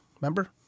remember